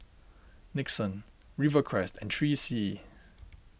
Nixon Rivercrest and three C E